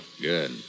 Good